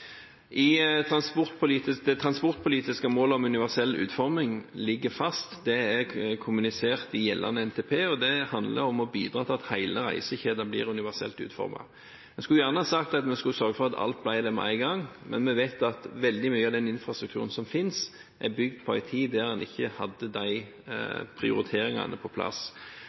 Det transportpolitiske målet om universell utforming ligger fast, og det er kommunisert i gjeldende NTP. Det handler om å bidra til at hele reisekjeden blir universelt utformet. Vi skulle gjerne sagt at vi skulle sørge for at alt ble det med en gang, men vi vet at veldig mye av den infrastrukturen som finnes, er bygget på en tid der en ikke hadde de prioriteringene på plass.